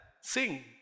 Sing